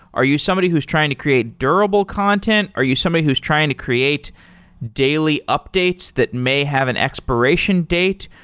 are you somebody who's trying to create durable content? are you somebody who's trying to create daily updates that may have an expiration date?